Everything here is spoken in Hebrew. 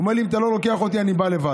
הוא אמר לי: אם אתה לא לוקח אותי, אני בא לבד.